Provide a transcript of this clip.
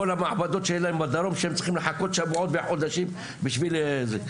המעבדות שיהיה להם בדרום שהם צריכים לחכות שבועות וחודשים בשביל זה,